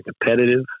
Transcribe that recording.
competitive